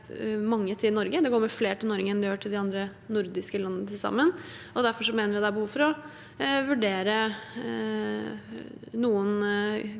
Det kommer flere til Norge enn det kommer til de andre nordiske landene til sammen. Derfor mener vi det er behov for å vurdere noen